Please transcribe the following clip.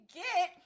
get